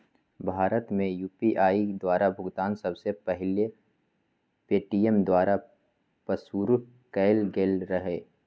भारत में यू.पी.आई द्वारा भुगतान सबसे पहिल पेटीएमें द्वारा पशुरु कएल गेल रहै